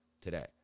today